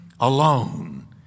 alone